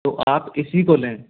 तो आप इसी को लें